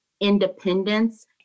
independence